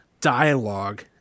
dialogue